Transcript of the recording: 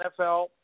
NFL